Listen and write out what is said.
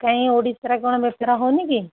କାହିଁ ଓଡ଼ିଶାରେ କ'ଣ ବେପାର ହେଉନି କି